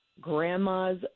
grandma's